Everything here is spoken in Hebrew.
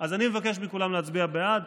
אז אני מבקש מכולם להצביע בעד.